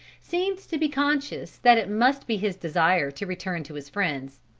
seemed to be conscious that it must be his desire to return to his friends.